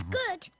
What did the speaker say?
good